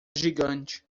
gigante